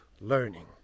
learning